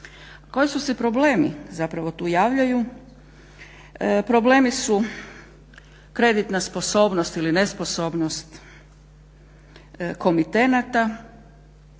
Koji se problemi zapravo tu javljaju? Problemi su kreditna sposobnost ili nesposobnost komitenata